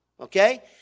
Okay